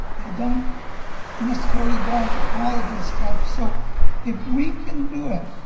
they don't necessarily go on to college and stuff. so if we can do it.